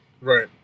Right